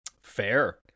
fair